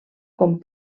com